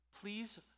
please